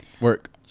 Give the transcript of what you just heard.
work